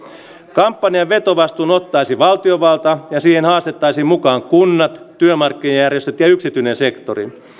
kampanjan vetovastuun ottaisi valtiovalta ja siihen haastettaisiin mukaan kunnat työmarkkinajärjestöt ja yksityinen sektori